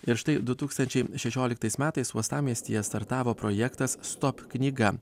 ir štai du tūkstančiai šešioliktais metais uostamiestyje startavo projektas stop knyga